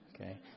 okay